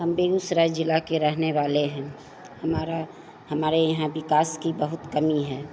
हम बेगूसराय ज़िला के रहने वाले हैं हमारा हमारे यहाँ विकास की बहुत कमी है